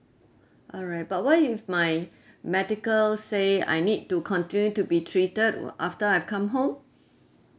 alright but what if my medical say I need to continue to be treated after I come home